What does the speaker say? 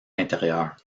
intérieurs